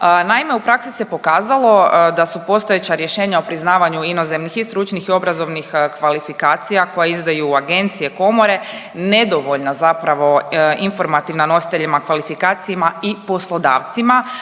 Naime, u praksi se pokazalo da su postojeća rješenja o priznavanju inozemnih i stručnih i obrazovnih kvalifikacija koje izdaju agencije, komore nedovoljna zapravo informativna nositeljima kvalifikacijama i poslodavcima